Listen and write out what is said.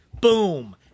Boom